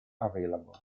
available